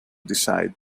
decide